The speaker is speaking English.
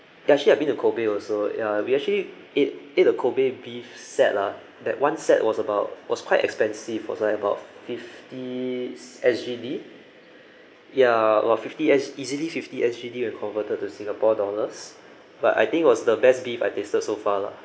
ya actually I've been to kobe also ya we actually ate ate a kobe beef set lah that one set was about was quite expensive was like above fifty S_G_D ya about fifty as easily fifty S_G_D when converted to singapore dollars but I think was the best beef I tasted so far lah